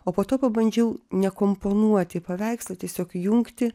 o po to pabandžiau nekomponuoti į paveikslą tiesiog jungti